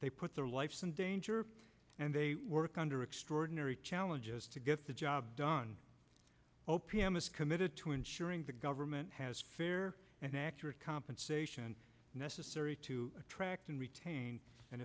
they put their life's in danger and they work under extraordinary challenges to get the job done o p m is committed to ensuring the government has fair and accurate compensation necessary to attract and retain an